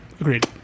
Agreed